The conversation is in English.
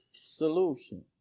solution